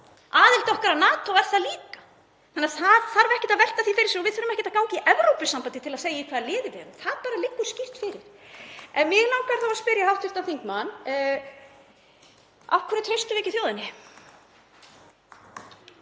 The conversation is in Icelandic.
Aðild okkar að NATO er það líka, þannig að það þarf ekkert að velta því fyrir sér og við þurfum ekkert að ganga í Evrópusambandið til að segja í hvað liði við erum. Það liggur skýrt fyrir. En mig langar þá að spyrja hv. þingmann: Af hverju treystum við ekki þjóðinni?